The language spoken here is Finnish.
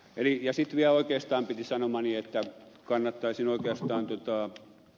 sitten vielä oikeastaan piti sanomani että kannattaisin oikeastaan ed